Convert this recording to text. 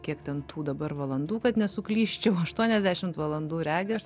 kiek ten tų dabar valandų kad nesuklysčiau aštuoniasdešimt valandų regis